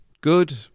good